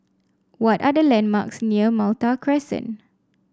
what are the landmarks near Malta Crescent